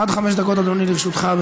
עד חמש דקות, אדוני, לרשותך.